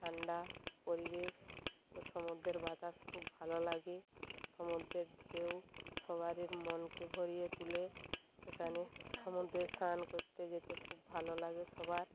ঠান্ডা পরিবেশ ও সমুদ্রের বাতাস খুব ভালো লাগে সমুদ্রের ঢেউ সবারই মনকে ভরিয়ে তুলে সেখানে সমুদ্রে স্নান করতে যেতে খুব ভালো লাগে সবার